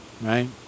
right